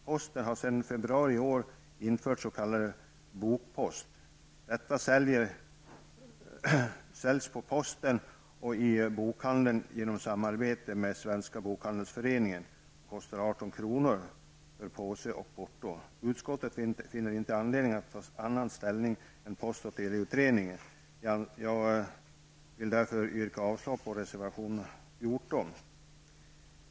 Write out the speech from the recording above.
Posten införde i februari i år s.k. Utskottet finner inte anledning att ta annan ställning än post och teleutredningen. Jag vill därför yrka avslag på reservation 14.